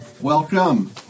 Welcome